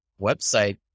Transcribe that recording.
website